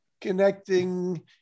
connecting